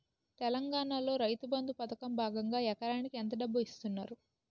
తెలంగాణలో రైతుబంధు పథకం భాగంగా ఎకరానికి ఎంత డబ్బు ఇస్తున్నారు?